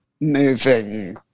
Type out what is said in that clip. moving